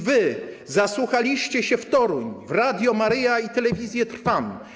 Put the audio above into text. Wy zasłuchaliście się w Toruń, w Radio Maryja i Telewizję Trwam.